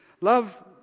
Love